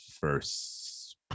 first